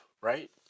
right